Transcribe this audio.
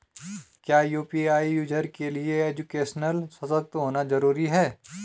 क्या UPI user के लिए एजुकेशनल सशक्त होना जरूरी है?